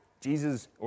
Jesus